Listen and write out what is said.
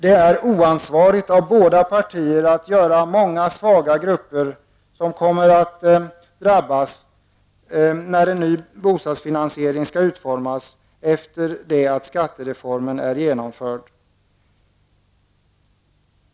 Det är oansvarigt av båda parter och gör att många svaga grupper kommer att drabbas när en ny bostadsfinansiering skall utformas efter det att skattereformen är genomförd.